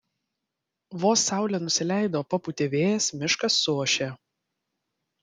vos saulė nusileido papūtė vėjas miškas suošė